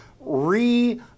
re